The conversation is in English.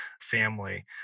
family